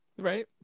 Right